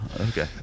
okay